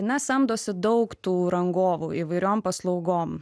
na samdosi daug tų rangovų įvairiom paslaugom